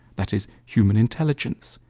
that is human intelligence.